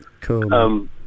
Cool